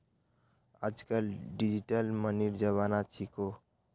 आजकल डिजिटल मनीर जमाना छिको